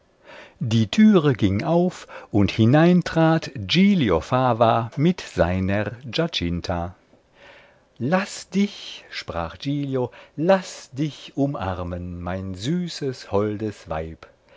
die türe ging auf und herein trat giglio fava mit seiner giacinta laß dich sprach giglio laß dich umarmen mein süßes holdes weib